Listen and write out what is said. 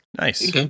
Nice